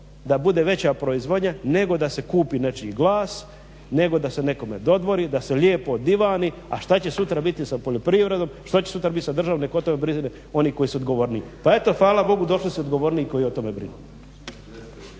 da bude veća proizvodnja, nego da se kupi nečiji glas, nego da se nekome dodvori, da se lijepo divani, a šta će sutra biti sa poljoprivredom, šta će sutra biti sa državom nek o tome brinu oni koji su odgovorniji. Pa eto, fala Bogu došli smo odgovorniji koji o tome brinu.